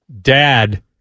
Dad